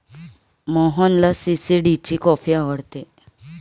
मोहनला सी.सी.डी ची कॉफी आवडते